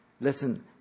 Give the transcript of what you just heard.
Listen